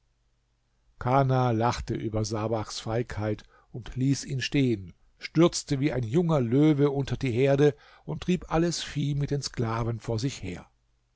kana lachte über sabachs feigheit und ließ ihn stehen stürzte wie ein junger löwe unter die herde und trieb alles vieh mit den sklaven vor sich her